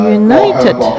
united